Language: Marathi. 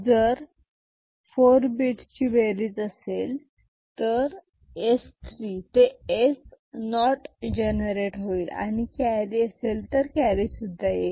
जर 4 bit ची बेरीज असेल तर S 3 ते S 0 जनरेट होईल आणि कॅरी असेल तर कॅरी सुद्धा येईल